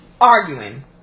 arguing